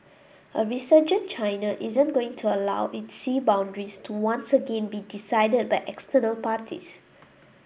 a resurgent China isn't going to allow its sea boundaries to once again be decided by external parties